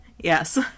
Yes